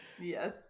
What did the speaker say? Yes